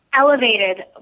elevated